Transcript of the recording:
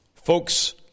Folks